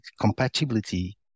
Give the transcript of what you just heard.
compatibility